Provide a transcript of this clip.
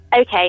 Okay